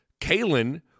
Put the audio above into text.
Kalen